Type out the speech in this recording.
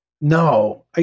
No